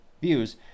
views